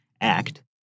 act